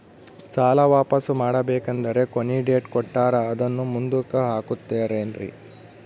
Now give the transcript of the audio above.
ಸಾಲ ವಾಪಾಸ್ಸು ಮಾಡಬೇಕಂದರೆ ಕೊನಿ ಡೇಟ್ ಕೊಟ್ಟಾರ ಅದನ್ನು ಮುಂದುಕ್ಕ ಹಾಕುತ್ತಾರೇನ್ರಿ?